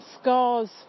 scars